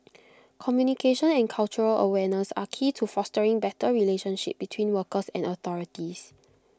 communication and cultural awareness are key to fostering better relationship between workers and authorities